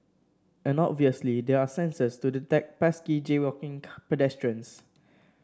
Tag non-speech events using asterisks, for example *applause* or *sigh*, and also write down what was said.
and obviously there are sensors to detect pesky jaywalking *unintelligible* pedestrians